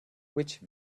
which